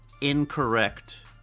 incorrect